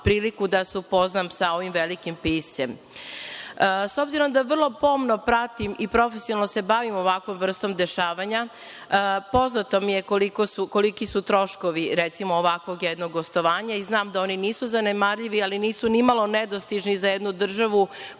priliku da se upoznam sa ovim velikim piscem.S obzirom da vrlo pomno pratim i profesionalno se bavim ovakvom vrstom dešavanja, poznato mi je koliki su troškovi, recimo, ovako jednog gostovanja i znam da oni nisu zanemarljivi, ali nisu nimalo nedostižni za jednu državu